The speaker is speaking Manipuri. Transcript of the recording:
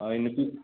ꯑꯩ ꯅꯨꯄꯤ